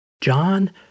John